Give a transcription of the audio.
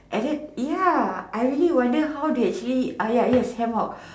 and then ya actually I wonder how they ya hammock